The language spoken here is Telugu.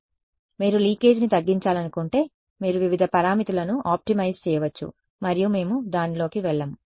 కాబట్టి మీరు లీకేజీని తగ్గించాలనుకుంటే మీరు వివిధ పారామితులను ఆప్టిమైజ్ చేయవచ్చు మరియు మేము దానిలోకి వెళ్లము